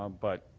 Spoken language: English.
um but